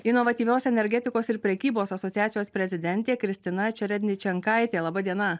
inovatyvios energetikos ir prekybos asociacijos prezidentė kristina čeredničenkaitė laba diena